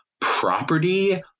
property